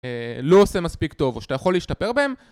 לא עושה מספיק טוב או שאתה יכול להשתפר בהם